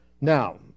Now